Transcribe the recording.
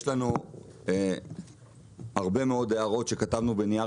יש לנו הרבה מאוד הערות שכתבנו בנייר